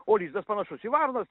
o lizdas panašus į varnos